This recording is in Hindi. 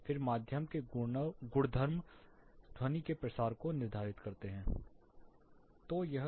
फिर माध्यम के गुणधर्म ध्वनि के प्रसार को निर्धारित करते हैं